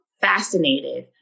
fascinated